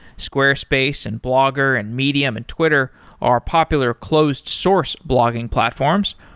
squarespace and blogger and medium and twitter are popular closed source blogging platforms.